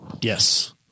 Yes